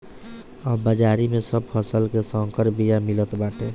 अब बाजारी में सब फसल के संकर बिया मिलत बाटे